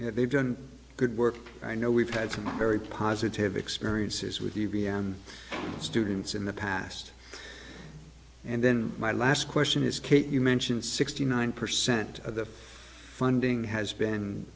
know they've done good work i know we've had some very positive experiences with the v m students in the past and then my last question is kate you mentioned sixty nine percent of the funding has been